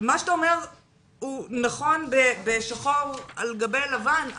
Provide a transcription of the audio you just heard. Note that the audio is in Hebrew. מה שאתה אומר הוא נכון בשחור על גבי לבן.